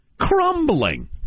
crumbling